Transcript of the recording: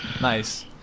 Nice